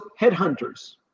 headhunters